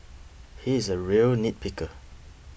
he is a real nitpicker